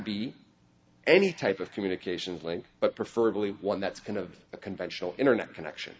be any type of communications link but prefer to leave one that's kind of a conventional internet connection